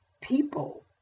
people